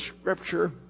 Scripture